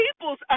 people's